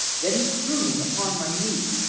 then he threw me upon my knees,